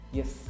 yes